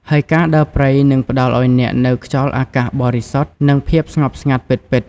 ហើយការដើរព្រៃនឹងផ្តល់ឲ្យអ្នកនូវខ្យល់អាកាសបរិសុទ្ធ និងភាពស្ងប់ស្ងាត់ពិតៗ។